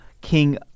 King